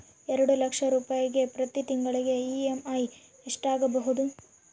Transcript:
ಎರಡು ಲಕ್ಷ ರೂಪಾಯಿಗೆ ಪ್ರತಿ ತಿಂಗಳಿಗೆ ಇ.ಎಮ್.ಐ ಎಷ್ಟಾಗಬಹುದು?